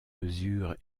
mesure